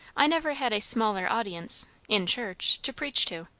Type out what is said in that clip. i never had a smaller audience in church to preach to.